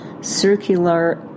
circular